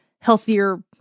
healthier